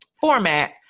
format